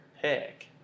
pick